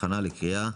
הכנה לקריאה